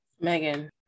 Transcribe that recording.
Megan